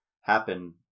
happen